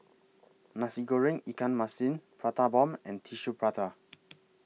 Nasi Goreng Ikan Masin Prata Bomb and Tissue Prata